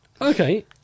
Okay